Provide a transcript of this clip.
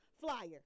flyer